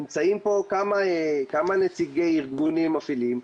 נמצאים פה כמה נציגי ארגונים מפעילים,